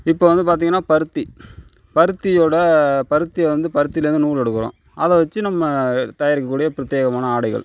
இப்போ வந்து பார்த்திங்கன்னா பருத்தி பருத்தியோட பருத்தியை வந்து பருத்தியிலேருந்து நூல் எடுக்கிறோம் அதை வச்சு நம்ம தயாரிக்க கூடிய பிரத்தேயகமான ஆடைகள்